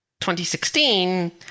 2016